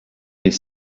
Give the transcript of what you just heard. les